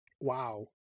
wow